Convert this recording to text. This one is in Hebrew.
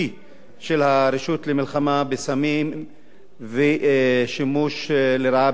של הרשות למלחמה בסמים ושימוש לרעה באלכוהול.